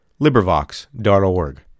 LibriVox.org